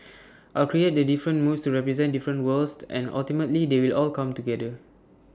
I'll create the different moods to represent different worlds and ultimately they will all come together